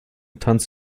tanz